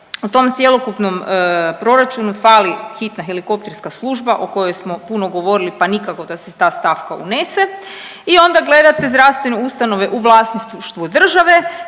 U tom cjelokupnom proračunu fali hitna helikopterska služba o kojoj smo puno govorili pa nikako da se ta stavka unese. I onda gledate zdravstvene ustanove u vlasništvu države